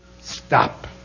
stop